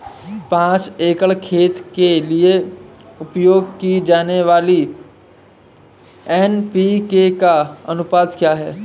पाँच एकड़ खेत के लिए उपयोग की जाने वाली एन.पी.के का अनुपात क्या है?